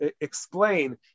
explain